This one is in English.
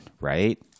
Right